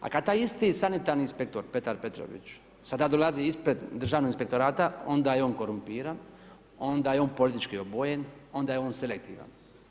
A kad taj isti sanitarni inspektor Petar Petrović sada dolazi ispred Državnog inspektora onda je on korumpiran, onda je on politički obojen, onda je on selektivan.